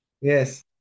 Yes